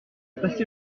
passé